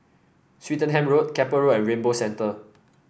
Swettenham Road Keppel Road and Rainbow Centre